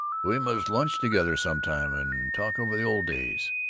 we must lunch together some time, and talk over the old days.